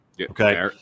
Okay